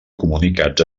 comunicats